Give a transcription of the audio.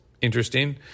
Interesting